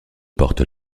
portes